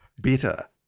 bitter